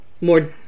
More